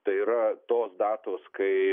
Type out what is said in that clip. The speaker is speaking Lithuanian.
tai yra tos datos kai